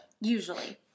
Usually